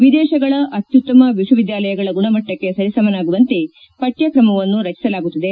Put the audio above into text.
ವಿದೇಶಗಳ ಅತ್ಯುತ್ತಮ ವಿಶ್ವವಿದ್ಯಾಲಯಗಳ ಗುಣಮಟ್ಟಕ್ಕೆ ಸರಿಸಮನಾಗುವಂತೆ ಪಠ್ಕಕ್ರಮವನ್ನು ರಚಿಸಲಾಗುತ್ತದೆ